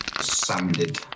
sanded